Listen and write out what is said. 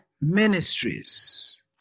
ministries